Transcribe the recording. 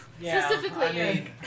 Specifically